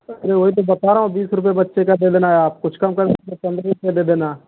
अरे वही तो बता रहा हूँ बीस रुपये बच्चे का दे देना या आप कुछ कम कर दे देना